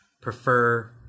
prefer